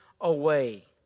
away